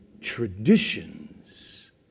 traditions